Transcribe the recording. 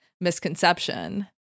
misconception